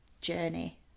journey